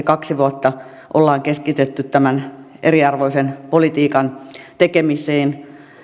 kaksi vuotta on keskitytty tämän eriarvoisen politiikan tekemiseen